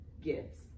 gifts